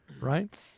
Right